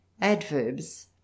Adverbs